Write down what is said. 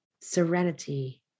serenity